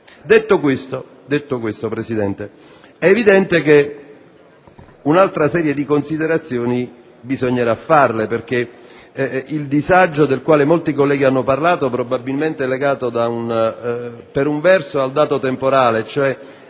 Detto questo, signor Presidente, è evidente che un'altra serie di considerazioni bisognerà farle perché il disagio del quale molti colleghi hanno parlato, probabilmente, è legato al dato temporale e cioè